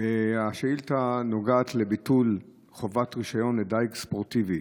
השאילתה נוגעת לביטול חובת רישיון לדיג ספורטיבי.